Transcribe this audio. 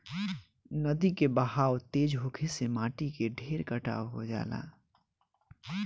नदी के बहाव तेज होखे से माटी के ढेर कटाव हो जाला